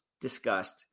discussed